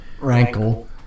Rankle